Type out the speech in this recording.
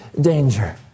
danger